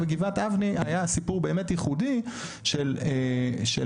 בגבעת אבני היה סיפור באמת ייחודי של הקצאת